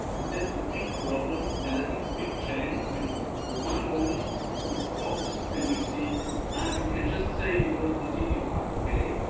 and that's the big problem, and i think the big chance when for one moment it stops and you see, ah we can just say we don't continue. ah, okay,